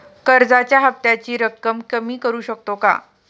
कर्जाच्या हफ्त्याची रक्कम कमी करू शकतो का?